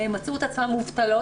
מצאו את עצמן מובטלות,